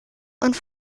und